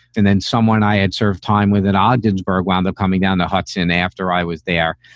and then someone i had served time with an odd ginzberg wound up coming down the hudson after i was there.